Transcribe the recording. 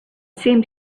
seemed